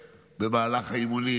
לא מספיק נוקשה במהלך האימונים.